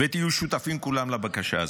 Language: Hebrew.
ותהיו שותפים כולם לבקשה הזאת: